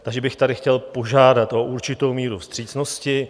Takže bych tady chtěl požádat o určitou míru vstřícnosti.